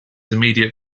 immediate